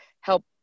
help